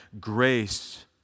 grace